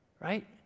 right